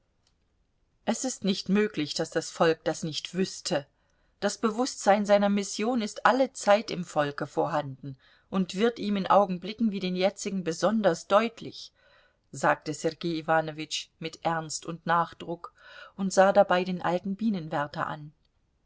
es ist nicht möglich daß das volk das nicht wüßte das bewußtsein seiner mission ist allezeit im volke vorhanden und wird ihm in augenblicken wie den jetzigen besonders deutlich sagte sergei iwanowitsch mit ernst und nachdruck und sah dabei den alten bienenwärter an